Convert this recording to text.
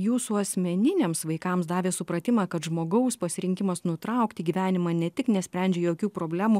jūsų asmeniniams vaikams davė supratimą kad žmogaus pasirinkimas nutraukti gyvenimą ne tik nesprendžia jokių problemų